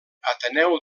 ateneu